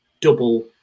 double